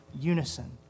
unison